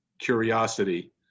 curiosity